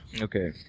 Okay